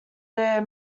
their